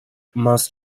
must